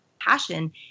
passion